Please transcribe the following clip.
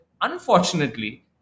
unfortunately